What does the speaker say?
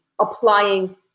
applying